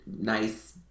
nice